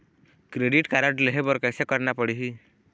Credit card लेहे बर कैसे करना पड़ही?